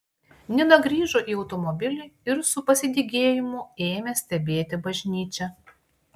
nina grįžo į automobilį ir su pasidygėjimu ėmė stebėti bažnyčią